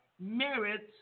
Merits